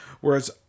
Whereas